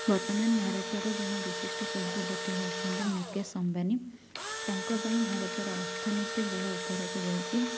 ବର୍ତ୍ତମାନ ଭାରତର ଜଣେ ବିଶିଷ୍ଟ ଶିଳ୍ପପତି ହେଉଛନ୍ତି ମୁକେଶ ଅମ୍ବାନୀ ତାଙ୍କ ପାଇଁ ଭାରତର ଅର୍ଥନୀତି ବହୁ ଉପରକୁ ଯାଇଛି